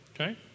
Okay